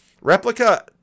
replica